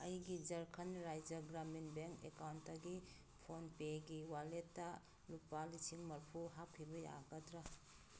ꯑꯩꯒꯤ ꯖꯔꯈꯟ ꯔꯥꯏꯖ꯭ꯌꯥ ꯒ꯭ꯔꯥꯃꯤꯟ ꯕꯦꯡ ꯑꯦꯀꯥꯎꯟꯇꯒꯤ ꯐꯣꯟꯄꯦꯒꯤ ꯋꯥꯜꯂꯦꯠꯇ ꯂꯨꯄꯥ ꯂꯤꯁꯤꯡ ꯃꯔꯐꯨ ꯍꯥꯞꯈꯤꯕ ꯌꯥꯒꯗ꯭ꯔꯥ